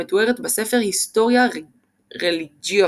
המתוארת בספר historia religiosa.